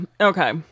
Okay